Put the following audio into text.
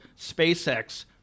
SpaceX